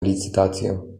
licytację